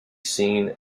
seen